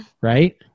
right